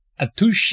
Atushi